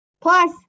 Plus